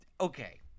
Okay